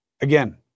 Again